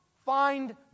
Find